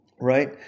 right